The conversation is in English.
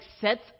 sets